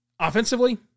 Offensively